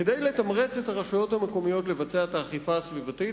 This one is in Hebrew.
כדי לתמרץ את הרשויות המקומיות לבצע את האכיפה הסביבתית,